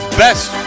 best